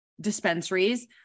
dispensaries